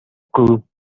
crew